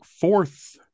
fourth